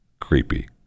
creepy